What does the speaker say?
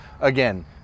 again